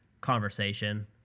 conversation